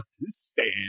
understand